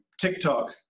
TikTok